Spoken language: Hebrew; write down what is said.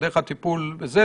ודרך הטיפול בהם,